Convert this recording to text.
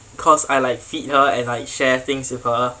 cause I like feed her and like share things with her